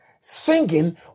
singing